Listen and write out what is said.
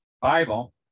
Bible